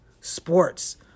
sports